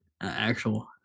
actual